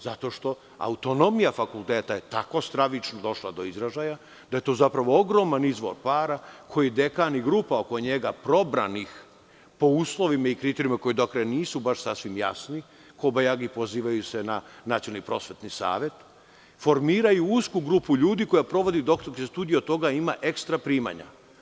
Zato što autonomija fakulteta je tako stravično došla do izražaja da je to ogroman izvor para koji dekan i grupa oko njega, probranih po uslovima i kriterijumima koji nisu baš sasvim jasni, kobajagi se pozivaju na Nacionalni prosvetni savet, formiraju usku grupu ljudi, koja sprovodi doktorske studije i od toga ima ekstra primanja.